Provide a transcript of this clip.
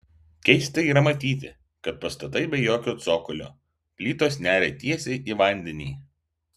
keista yra matyti kad pastatai be jokio cokolio plytos neria tiesiai į vandenį